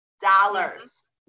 dollars